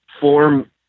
form